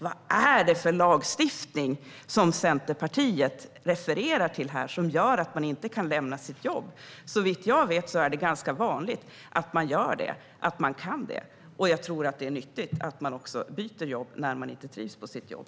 Vad är det för lagstiftning som Centerpartiet refererar till som gör att de inte kan lämna sitt jobb? Såvitt jag vet är det ganska vanligt att man gör det och att man kan det. Jag tror också att det är nyttigt att man byter jobb när man inte trivs på sitt jobb.